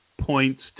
points